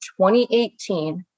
2018